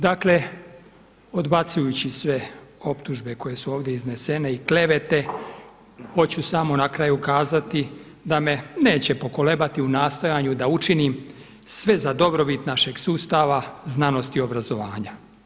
Dakle odbacujući sve optužbe koje su ovdje iznesene i klevete, hoću samo na kraju kazati da me neće pokolebati u nastojanju da učinim sve za dobrobit našeg sustava, znanosti i obrazovanja.